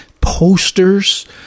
posters